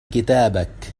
كتابك